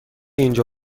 اینجا